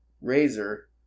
razor